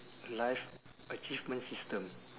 life achievement system